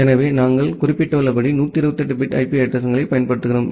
எனவே நாங்கள் குறிப்பிட்டுள்ளபடி 128 பிட் ஐபி அட்ரஸிங்களைப் பயன்படுத்துகிறோம்